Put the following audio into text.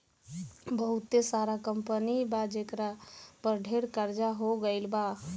बहुते सारा कंपनी बा जेकरा पर ढेर कर्ज हो गइल बा